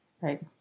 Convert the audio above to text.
right